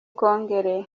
kongere